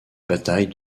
bataille